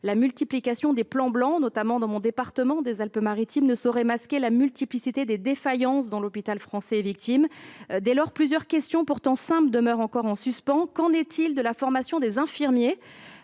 La multiplication des plans blancs, notamment dans mon département des Alpes-Maritimes, ne saurait masquer la multiplicité des défaillances dont l'hôpital est victime. Dès lors, plusieurs questions pourtant simples demeurent en suspens, madame la ministre. Qu'en est-il de la formation des infirmiers,